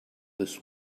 this